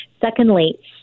Secondly